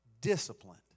Disciplined